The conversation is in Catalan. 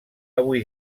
avui